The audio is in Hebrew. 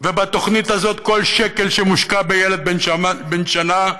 בתוכנית הזאת כל שקל שמושקע בילד בן שנה,